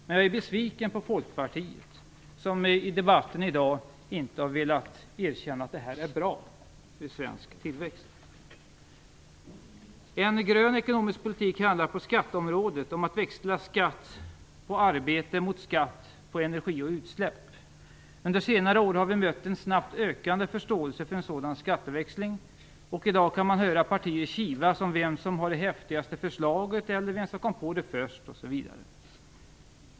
Men vi är besvikna på Folkpartiet som i debatten i dag inte har velat erkänna att detta är bra för svensk tillväxt. En grön ekonomisk politik på skatteområdet handlar om att växla skatt på arbete mot skatt på energi och utsläpp. Under senare år har vi mött en snabbt ökande förståelse för en sådan skatteväxling. I dag kan man höra partier kivas om vem som har det häftigaste förslaget eller vem som kom på det först osv.